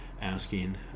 asking